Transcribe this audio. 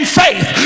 faith